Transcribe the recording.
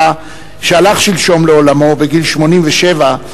שהלך שלשום לעולמו בגיל 87,